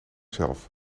zelf